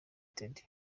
ltd